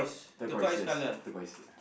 turquoise yes turquoise